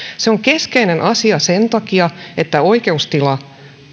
se on keskeinen asia sen takia että oikeustila